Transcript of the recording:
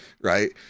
right